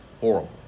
horrible